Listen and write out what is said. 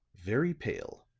very pale,